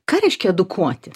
ką reiškia edukuoti